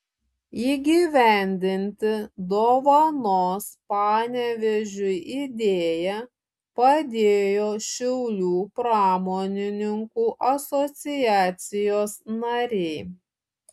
įgyvendinti dovanos panevėžiui idėją padėjo šiaulių pramonininkų asociacijos nariai